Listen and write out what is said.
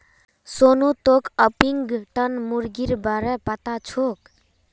सोनू तोक ऑर्पिंगटन मुर्गीर बा र पता छोक